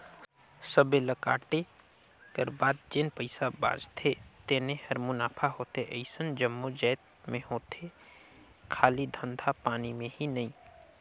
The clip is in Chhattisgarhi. सबे ल कांटे कर बाद जेन पइसा बाचथे तेने हर मुनाफा होथे अइसन जम्मो जाएत में होथे खाली धंधा पानी में ही नई